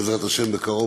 בעזרת השם בקרוב,